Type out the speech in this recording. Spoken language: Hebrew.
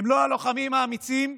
הם לא הלוחמים האמיצים,